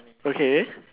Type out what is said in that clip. okay